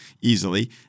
easily